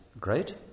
great